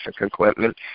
equipment